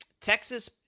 Texas